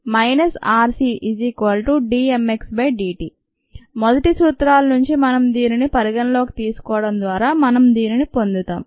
rcddt మొదటి సూత్రాల నుంచి మనం దీనిని పరిగణనలోకి తీసుకోవడం ద్వారా మనం దీనిని పొందుతాం